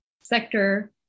sector